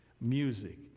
music